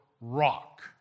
rock